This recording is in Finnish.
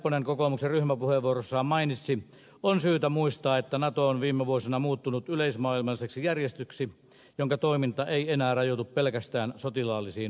nepponen kokoomuksen ryhmäpuheenvuorossa mainitsi on syytä muistaa että nato on viime vuosina muuttunut yleismaailmalliseksi järjestöksi jonka toiminta ei enää rajoitu pelkästään sotilaallisiin operaatioihin